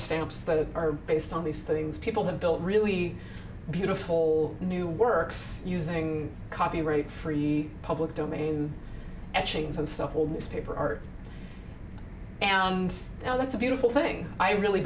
stamps that are based on these things people have built really beautiful new works using copyright free public domain etchings and stuff old newspaper art now and now that's a beautiful thing i really